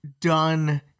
done